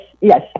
yes